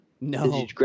no